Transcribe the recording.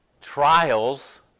trials